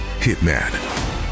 Hitman